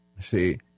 see